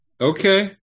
Okay